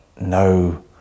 no